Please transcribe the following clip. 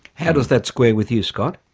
how does that square with you, scott?